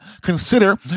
consider